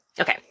Okay